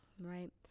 Right